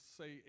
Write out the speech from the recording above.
say